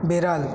বেড়াল